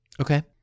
Okay